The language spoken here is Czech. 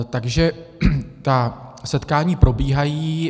Takže ta setkání probíhají.